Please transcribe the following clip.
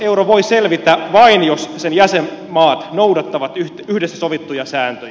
euro voi selvitä vain jos sen jäsenmaat noudattavat yhdessä sovittuja sääntöjä